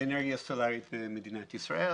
באנרגיה סולרית במדינת ישראל.